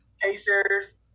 Pacers